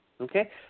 Okay